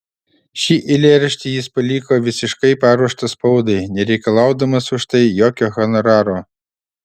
šį eilėraštį jis paliko visiškai paruoštą spaudai nereikalaudamas už tai jokio honoraro